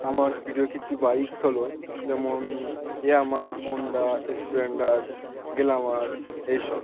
আমার প্রিয় কিছু বাইক হল যেমন ইয়ামাহা হন্ডা স্প্লেনন্ডার গ্ল্যামার এই সব